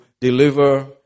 deliver